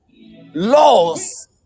laws